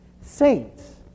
saints